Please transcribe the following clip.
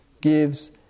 gives